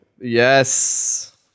Yes